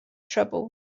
trouble